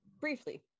briefly